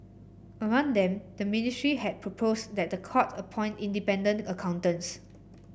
among them the ministry had proposed that the court appoint independent accountants